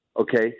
Okay